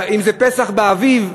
אם זה פסח באביב,